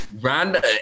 Random